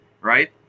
Right